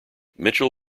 mitchell